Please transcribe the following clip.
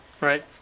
right